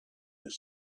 his